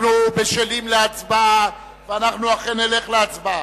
אנחנו בשלים להצבעה, ועל כן נלך להצבעה.